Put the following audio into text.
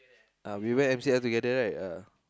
uh we went to M_C_L together right ya